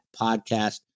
Podcast